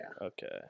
Okay